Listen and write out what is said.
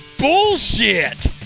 Bullshit